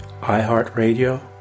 iHeartRadio